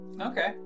Okay